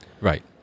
Right